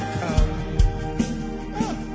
come